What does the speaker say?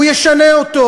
הוא ישנה אותו.